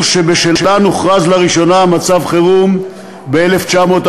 שבשלהן הוכרז לראשונה מצב חירום ב-1948.